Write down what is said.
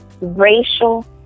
racial